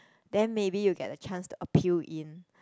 then maybe you get a chance to appeal in